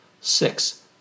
Six